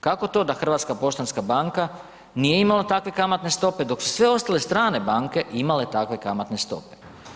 Kako to da Hrvatska poštanska banka nije imala takve kamatne stope, dok su sve ostale strane banke imale takve kamatne stope.